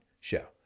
Show